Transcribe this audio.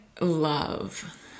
love